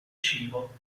cibo